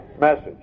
message